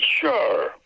sure